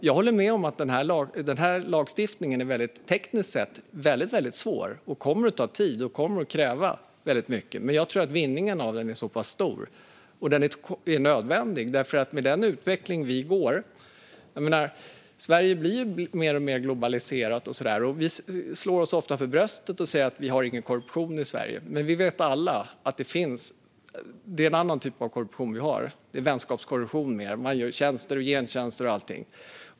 Jag håller med om att den här lagstiftningen är väldigt svår, tekniskt sett, och kommer att ta tid och kräva mycket. Men jag tror att vinsten med den är stor, och den är nödvändig med tanke på den utveckling vi har. Sverige blir ju mer och mer globaliserat. Vi slår oss ofta för bröstet och säger att vi inte har någon korruption i Sverige. Men vi vet alla att det finns korruption; den är bara av en annan typ. Det är vänskapskorruption med tjänster och gentjänster.